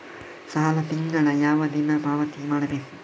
ಸಾಲ ತಿಂಗಳ ಯಾವ ದಿನ ಪಾವತಿ ಮಾಡಬೇಕು?